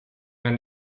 ein